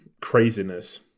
craziness